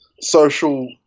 social